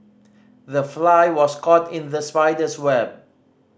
the fly was caught in the spider's web